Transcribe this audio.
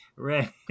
Right